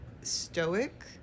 stoic